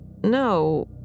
No